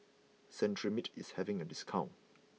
Cetrimide is having a discount